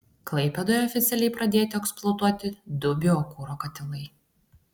klaipėdoje oficialiai pradėti eksploatuoti du biokuro katilai